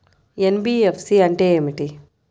NBFC అంటే ఏమిటి?